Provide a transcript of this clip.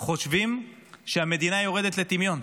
חושבים שהמדינה יורדת לטמיון,